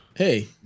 Hey